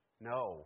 No